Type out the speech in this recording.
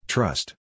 Trust